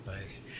Nice